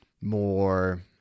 more